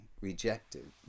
rejected